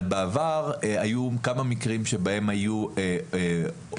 אבל בעבר היו כמה מקרים שבהם היו עובדי